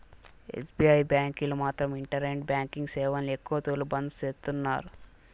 SBI బ్యాంకీలు మాత్రం internet banking సేవల్ని ఎక్కవ తూర్లు బంద్ చేస్తున్నారు